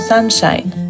Sunshine